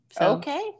okay